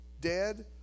dead